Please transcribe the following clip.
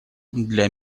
для